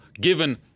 given